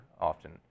often